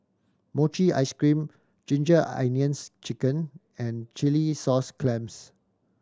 mochi ice cream Ginger Onions Chicken and chilli sauce clams